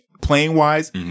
playing-wise